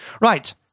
Right